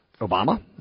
Obama